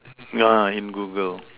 uh in Google